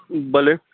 भले